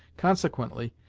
consequently,